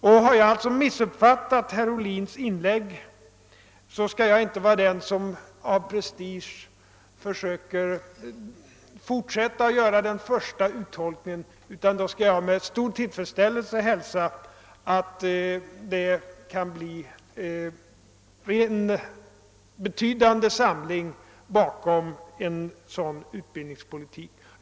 Om jag har missuppfattat herr Ohlins inlägg, skall jag inte vara den som av prestigeskäl försöker fortsätta att hävda den första uttolkningen, utan då skall jag med stor tillfredsställelse hälsa en eventuell, betydande samling bakom en sådan utbildningspolitik.